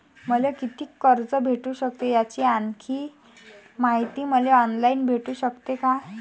मले कितीक कर्ज भेटू सकते, याची आणखीन मायती मले ऑनलाईन भेटू सकते का?